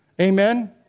Amen